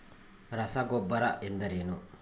ರಸಗೊಬ್ಬರ ಎಂದರೇನು?